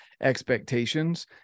expectations